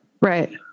Right